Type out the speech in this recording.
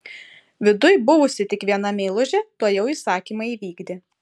viduj buvusi tik viena meilužė tuojau įsakymą įvykdė